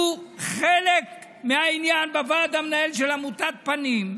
שהוא חלק מהעניין בוועד המנהל של עמותת פנים,